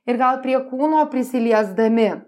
ir gal prie kūno prisiliesdami